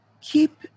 keep